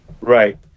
Right